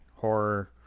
horror